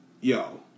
yo